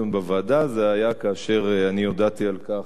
זה היה כאשר הודעתי על כך,